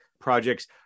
projects